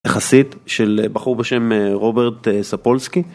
יחסית של בחור בשם רוברט ספולסקי